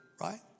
right